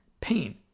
pain